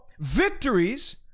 victories